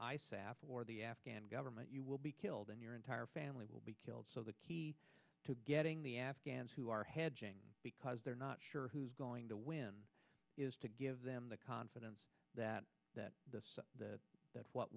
for the afghan government you will be killed and your entire family will be killed so the key to getting the afghans who are hedging because they're not sure who's going to win is to give them the confidence that that this that that's what